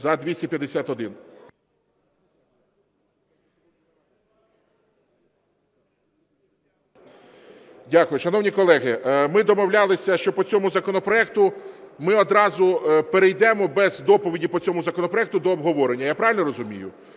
Дякую. Шановні колеги, ми домовлялися, що по цьому законопроекту ми одразу перейдемо без доповіді по цьому законопроекту до обговорення. Я правильно розумію?